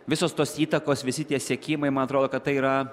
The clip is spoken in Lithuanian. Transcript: visos tos įtakos visi tie siekimai man atrodo kad tai yra